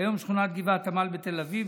כיום שכונת גבעת עמל בתל אביב.